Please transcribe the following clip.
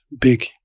big